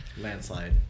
landslide